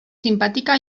simpàtica